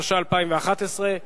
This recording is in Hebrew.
התשע"א 2011,